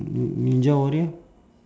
n~ ninja warrior